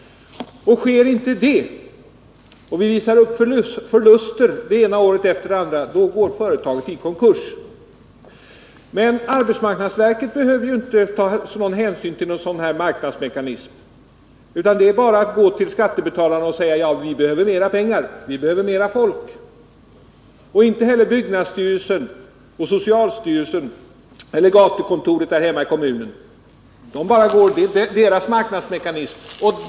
Sker inte det, utan företaget visar upp förluster det ena året efter det andra, då går företaget i konkurs. Men arbetsmarknadsverket behöver inte ta hänsyn till några marknadsmekanismer, utan det är bara att gå till skattebetalarna och säga: Vi behöver mer pengar och mer folk. Likadant är det för byggnadsstyrelsen och socialstyrelsen och för gatukontoret hemma i kommunen.